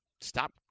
stop